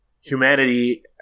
humanity